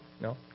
no